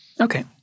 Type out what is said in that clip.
Okay